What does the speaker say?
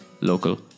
local